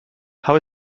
how